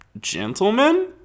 gentlemen